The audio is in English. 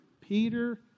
Peter